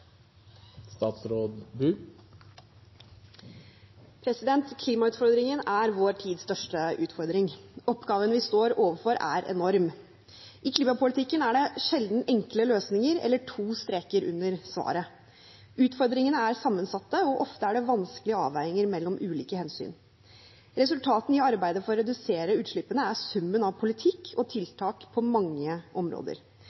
enorm. I klimapolitikken er det sjelden enkle løsninger eller to streker under svaret. Utfordringene er sammensatt, og ofte er det vanskelige avveininger mellom ulike hensyn. Resultatene i arbeidet for å redusere utslippene er summen av politikk og